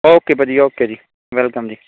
okay ਭਾਅ ਜੀ okay ਜੀ ਵੈਲਕਮ ਜੀ